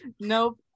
nope